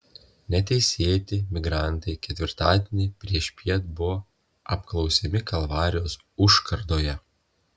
neteisėti migrantai ketvirtadienį priešpiet buvo apklausiami kalvarijos užkardoje